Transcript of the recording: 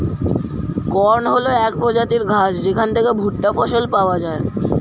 corn হল এক প্রজাতির ঘাস যেখান থেকে ভুট্টা ফসল পাওয়া যায়